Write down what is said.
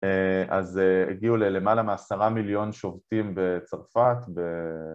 אז הגיעו למעלה מעשרה מיליון שובתים בצרפת